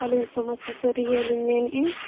ᱟᱹᱞᱤᱧ ᱥᱚᱢᱟᱡᱽ ᱥᱩᱥᱟᱹᱨᱤᱭᱟᱹ ᱞᱤᱧ ᱢᱮᱱᱮᱫᱼᱟ